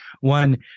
one